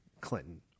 Clinton